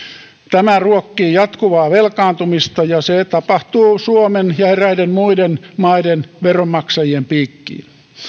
tämä ruokkii jatkuvaa velkaantumista ja se tapahtuu suomen ja eräiden muiden maiden veronmaksajien piikkiin